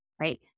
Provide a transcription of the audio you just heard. right